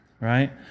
Right